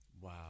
Wow